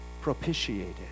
propitiated